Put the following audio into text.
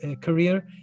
career